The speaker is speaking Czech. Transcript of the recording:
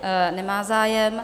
Ne, nemá zájem.